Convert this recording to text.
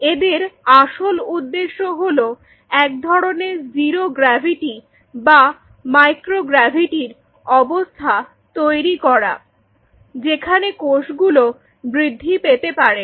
এদের আসল উদ্দেশ্য হলো এক ধরনের জিরো গ্রাভিটি বা মাইক্রো গ্রাভিটির অবস্থা তৈরি করা যেখানে কোষগুলো বৃদ্ধি পেতে পারে